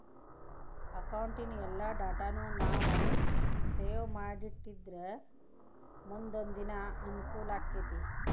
ಅಕೌಟಿನ್ ಎಲ್ಲಾ ಡಾಟಾನೂ ನಾವು ಸೇವ್ ಮಾಡಿಟ್ಟಿದ್ರ ಮುನ್ದೊಂದಿನಾ ಅಂಕೂಲಾಕ್ಕೆತಿ